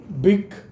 big